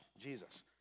Jesus